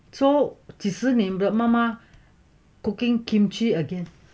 so 几时你的妈妈 cooking kimchi again